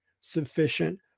sufficient